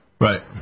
Right